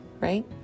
right